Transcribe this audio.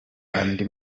andi